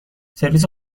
سرویس